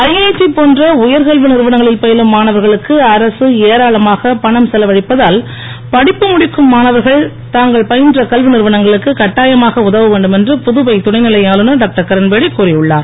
IIT போன்ற உயர்கல்வி நிறுவனங்களில் பயிலும் மாணவர்களுக்கு அரசு ஏராளமாக பணம் செலவழிப்பதால் படிப்பு முடிக்கும் மாணவர்கள் தாங்கள் பயின்ற கல்வி நிறுவனங்களுக்கு கட்டாயமாக உதவ வேண்டும் என்று புதுவை துணைநிலை ஆளுனர் டாக்டர்கிரண்பேடி கூறியுள்ளார்